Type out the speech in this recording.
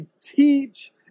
teach